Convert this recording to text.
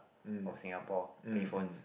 for Singapore pay phones